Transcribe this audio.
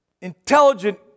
intelligent